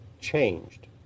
changed